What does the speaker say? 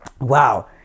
wow